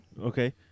Okay